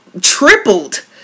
tripled